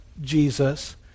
Jesus